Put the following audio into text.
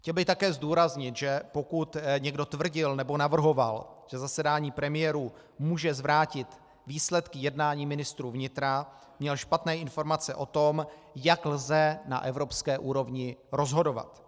Chtěl bych také zdůraznit, že pokud někdo tvrdil nebo navrhoval, že zasedání premiérů může zvrátit výsledky jednání ministrů vnitra, měl špatné informace o tom, jak lze na evropské úrovni rozhodovat.